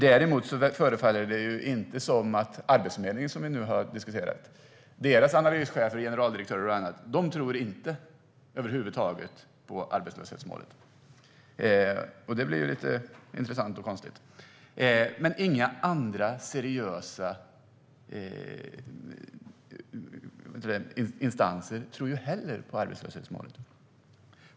Däremot förefaller det inte som att Arbetsförmedlingens analyschefer och generaldirektör över huvud taget tror på arbetslöshetsmålet. Det är intressant och konstigt. Inte heller några andra seriösa instanser tror på arbetslöshetsmålet.